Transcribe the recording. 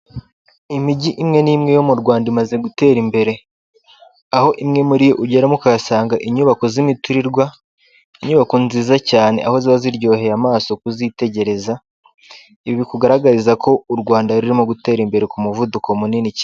Imijyi imwe n'imwe yo mu Rwanda imaze gutera imbere, aho imwe muri yo ugeramo ukahasanga inyubako z'imitirirwa. Inyubako nziza cyane aho zaba ziryoheye amaso kuzitegereza, ibi bikugaragariza ko u Rwanda rurimo gutera imbere ku muvuduko munini cyane.